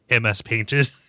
MS-painted